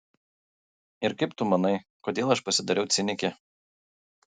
ir kaip tu manai kodėl aš pasidariau cinikė